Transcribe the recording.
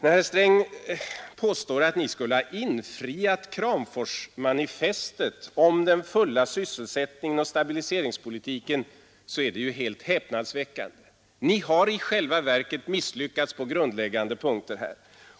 När herr Sträng påstår att ni skulle ha infriat Kramforsmanifestet om den fulla sysselsättningen i stabiliseringspolitiken är det ju helt häpnadsväckande. Ni har i själva verket misslyckats på grundläggande punkter.